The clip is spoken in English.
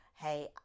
hey